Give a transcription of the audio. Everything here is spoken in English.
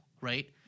right